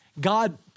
God